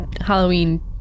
halloween